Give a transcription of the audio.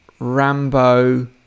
rambo